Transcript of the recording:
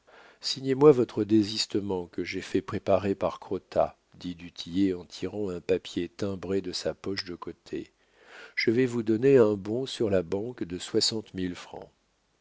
signez moi votre désistement que j'ai fait préparer par crottat dit du tillet en tirant un papier timbré de sa poche de côté je vais vous donner un bon sur la banque de soixante mille francs